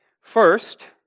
First